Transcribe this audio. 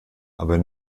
aber